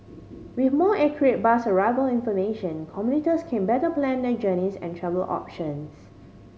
with more accurate bus arrival information commuters can better plan their journeys and travel options